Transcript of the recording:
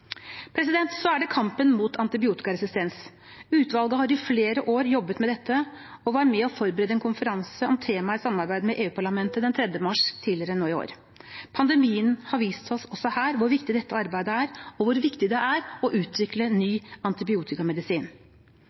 Så er det kampen mot antibiotikaresistens. Utvalget har i flere år jobbet med dette og var med og forberedte en konferanse om temaet i samarbeid med EU-parlamentet den 3. mars tidligere nå i år. Pandemien har vist oss også her hvor viktig dette arbeidet er, og hvor viktig det er å utvikle ny antibiotikamedisin.